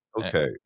Okay